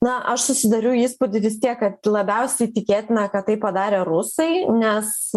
na aš susidariau įspūdį vis tiek kad labiausiai tikėtina kad tai padarė rusai nes